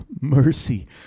Mercy